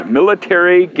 Military